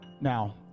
Now